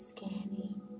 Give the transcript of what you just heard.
Scanning